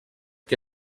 que